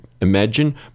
imagine